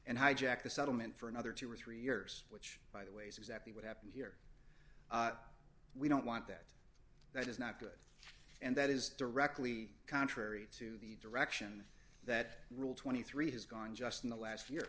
and hijack the settlement for another two or three years which by the way as exactly what happened here we don't want that that is not good and that is directly contrary to the direction that rule twenty three has gone just in the last year